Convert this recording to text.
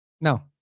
No